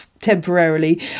temporarily